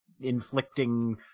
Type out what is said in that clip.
inflicting